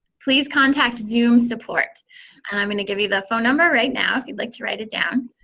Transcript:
please contact zoom support, and i'm going to give you the phone number right now if you'd like to write it down.